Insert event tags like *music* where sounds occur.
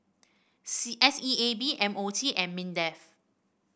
*hesitation* S E A B M O T and Mindef